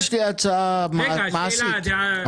יש לי הצעה מעשית.